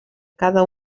cada